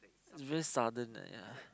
it's very sudden like ya